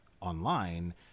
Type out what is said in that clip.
online